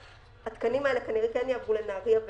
התקנים האלה כנראה כן יעברו לנהריה,